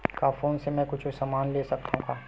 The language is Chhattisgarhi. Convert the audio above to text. का फोन से मै हे कुछु समान ले सकत हाव का?